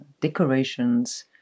decorations